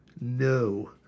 no